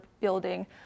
building